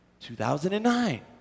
2009